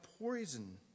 poison